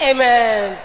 Amen